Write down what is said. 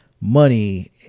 money